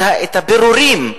את הפירורים,